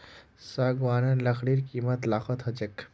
सागवानेर लकड़ीर कीमत लाखत ह छेक